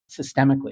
systemically